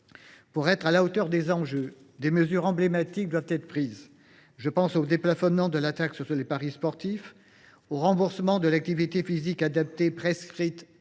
nous soyons à la hauteur des enjeux, des mesures emblématiques doivent être prises. Je pense au déplafonnement de la taxe sur les paris sportifs, au remboursement de l’activité physique adaptée (APA) prescrite pour certaines